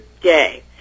day